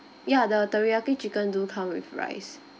ya the teriyaki chicken do come with rice